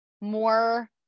more